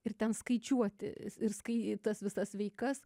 ir ten skaičiuoti ir skai tas visas veikas